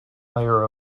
layer